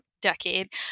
decade